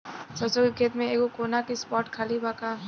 सरसों के खेत में एगो कोना के स्पॉट खाली बा का?